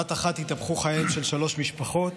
בבת אחת התהפכו חייהן של שלוש משפחות.